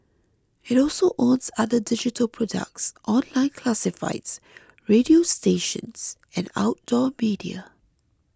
it also owns other digital products online classifieds radio stations and outdoor media